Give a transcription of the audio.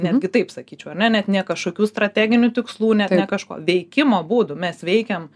netgi taip sakyčiau ane net ne kažkokių strateginių tikslų net ne kažko veikimo būdų mes veikiam